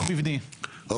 לא,